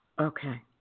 Okay